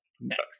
next